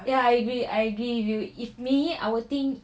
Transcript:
ya I agree I agree with you if me I will think